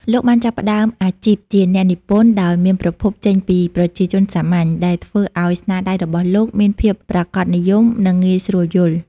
លោកបានចាប់ផ្ដើមអាជីពជាអ្នកនិពន្ធដោយមានប្រភពចេញពីប្រជាជនសាមញ្ញ ដែលធ្វើឲ្យស្នាដៃរបស់លោកមានភាពប្រាកដនិយម និងងាយស្រួលយល់។